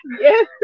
Yes